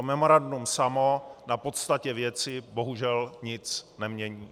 Memorandum samo na podstatě věci bohužel nic nemění.